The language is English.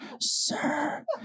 Sir